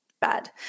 bad